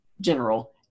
general